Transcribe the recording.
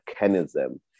mechanism